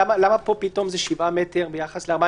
למה פה פתאום זה 7 מטר ביחס ל-4?